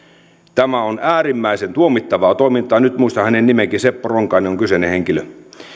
tämä on äärimmäisen tuomittavaa toimintaa nyt muistan hänen nimensäkin seppo ronkainen on kyseinen henkilö